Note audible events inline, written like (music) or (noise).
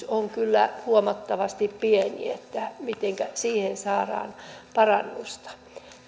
(unintelligible) on kyllä huomattavasti pieni mitenkä siihen saadaan parannusta